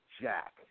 Jack